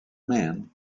man